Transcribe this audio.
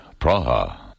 Praha